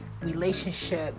relationship